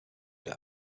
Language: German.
der